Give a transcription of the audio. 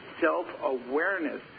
self-awareness